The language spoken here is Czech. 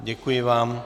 Děkuji vám.